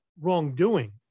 wrongdoing